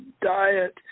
diet